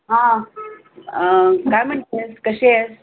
हां काय म्हणतेस कशी आहेस